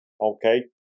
okay